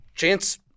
Chance